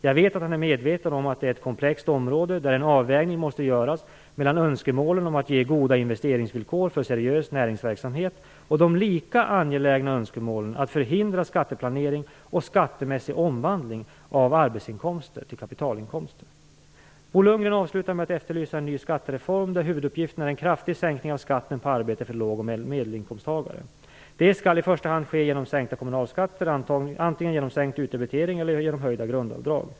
Jag vet att han är medveten om att detta är ett komplext område, där en avvägning måste göras mellan önskemålen att ge goda investeringsvillkor för seriös näringsverksamhet och de lika angelägna önskemålen att förhindra skatteplanering och skattemässig omvandling av arbetsinkomster till kapitalinkomster. Bo Lundgren avslutar med att efterlysa en ny skattereform, där huvuduppgiften är en kraftig sänkning av skatten på arbete för låg och medelinkomsttagare. Detta skall i första hand ske genom sänkta kommunalskatter, antingen genom sänkt utdebitering eller genom höjda grundavdrag.